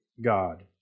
God